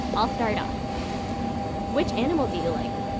i'll start off, which animal do you like?